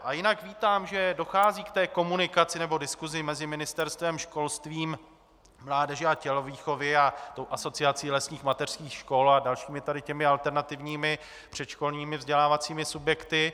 A jinak vítám, že dochází k té komunikaci nebo diskusi mezi Ministerstvem školství, mládeže a tělovýchovy a Asociací lesních mateřských škol a dalšími těmito alternativními předškolními vzdělávacími subjekty.